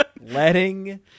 Letting